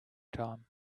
time